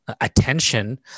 attention